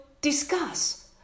discuss